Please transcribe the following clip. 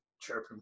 chirping